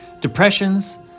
Depressions